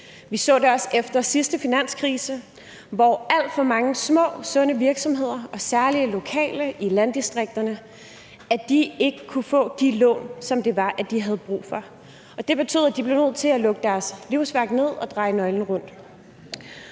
Vi så det også efter sidste finanskrise, hvor alt for mange små, sunde virksomheder, og særlig lokale i landdistrikterne, ikke kunne få de lån, som de havde brug for. Og det betød, at de blev nødt til at lukke deres livsværk ned og dreje nøglen om.